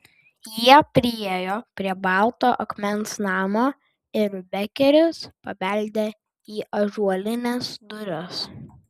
jie priėjo prie balto akmens namo ir bekeris pabeldė į ąžuolines duris